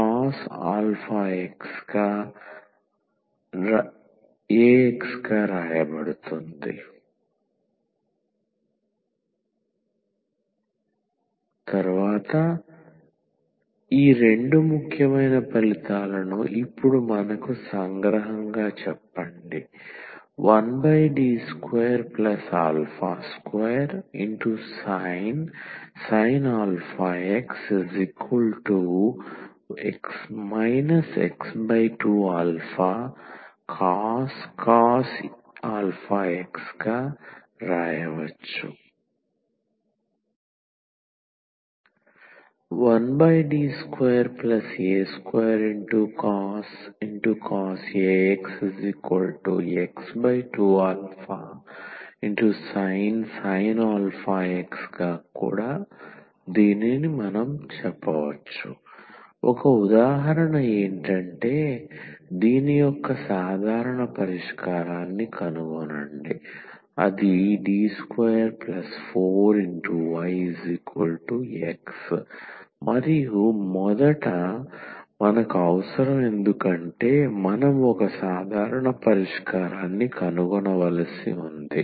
కాబట్టి ఈ రెండు ముఖ్యమైన ఫలితాలను ఇప్పుడు మనకు సంగ్రహంగా చెప్పండి 1D22sin αx x2αcos αx 1D22cos ax x2αsin αx ఒక ఉదాహరణ ఏంటంటే దీని యొక్క సాధారణ పరిష్కారాన్ని కనుగొనండి D24yx మరియు మొదట మనకు అవసరం ఎందుకంటే మనం ఒక సాధారణ పరిష్కారాన్ని కనుగొనవలసి ఉంది